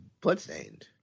Bloodstained